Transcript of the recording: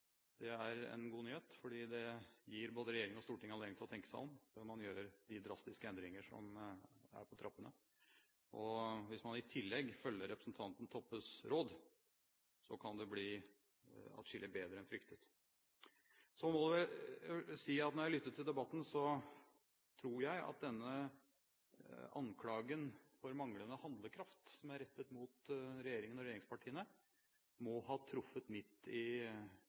Det er en god nyhet, fordi det gir både regjering og storting anledning til å tenke seg om, før man gjør de drastiske endringene som er på trappene. Hvis man i tillegg følger representanten Toppes råd, kan det bli adskillig bedre enn fryktet. Jeg må si – da jeg lyttet til debatten – at jeg tror denne anklagen for manglende handlekraft som er rettet mot regjeringen og regjeringspartiene, må ha truffet midt i